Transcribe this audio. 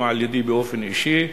גם על-ידי באופן אישי,